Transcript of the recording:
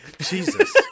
Jesus